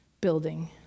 building